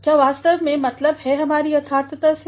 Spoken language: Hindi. क्या वास्तव मेंमतलब है हमारा यथार्थता से